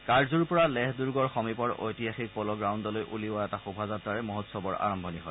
কাৰ্জুৰ পৰা লেহ দুৰ্গৰ সমীপৰ ঐতিহাসিক প'ল গ্ৰাউণুলৈ উলিওৱা এটা শোভাযাত্ৰাৰে মহোৎসৱৰ আৰম্ভণি হয়